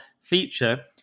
feature